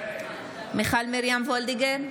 מיכל מרים וולדיגר,